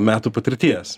metų patirties